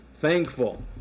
thankful